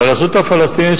לרשות הפלסטינית,